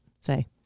say